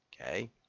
Okay